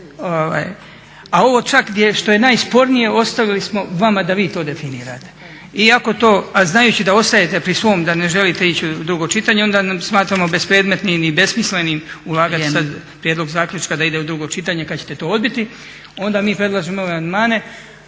A ovo čak gdje što je najspornije ostavili smo vama da vi to definirate. A znajući da ostajete pri svom, da ne želite ići u drugo čitanje onda smatramo bespredmetnim i besmislenim ulagati sad prijedlog zaključka da ide u drugo čitanje kad ćete to odbiti, onda mi predlažemo ove amandmane